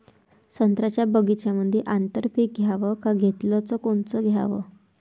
संत्र्याच्या बगीच्यामंदी आंतर पीक घ्याव का घेतलं च कोनचं घ्याव?